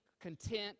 content